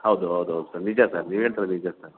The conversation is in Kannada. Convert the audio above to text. ಹೌದು ಹೌದು ಹೌದು ಸರ್ ನಿಜ ಸರ್ ನೀವು ಹೇಳ್ತಾ ಇರೋದು ನಿಜ ಸರ್